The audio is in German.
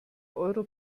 euro